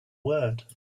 word